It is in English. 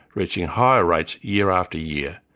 reaching higher rates year after year.